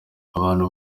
abantu